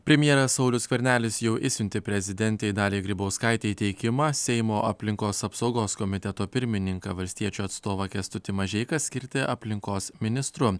premjeras saulius skvernelis jau išsiuntė prezidentei daliai grybauskaitei teikimą seimo aplinkos apsaugos komiteto pirmininką valstiečių atstovą kęstutį mažeiką skirti aplinkos ministru